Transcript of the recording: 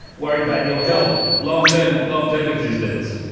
worried about your health, long-term long-term existence.